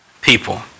people